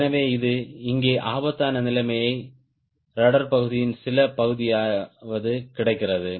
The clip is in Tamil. எனவே இது இங்கே ஆபத்தான நிலைமை ரட்ட்ர் பகுதியின் சில பகுதியையாவது கிடைக்கிறது